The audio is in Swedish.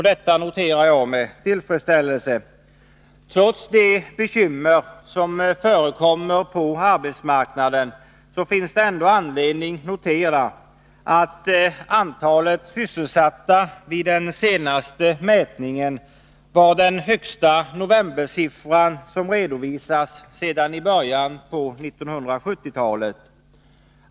Detta noterar jag med tillfredsställelse. Trots de bekymmer som förekommer på arbetsmarknaden finns det anledning att notera, att antalet sysselsatta vid den senaste mätningen var den högsta novembersiffra som har redovisats sedan början av 1970-talet.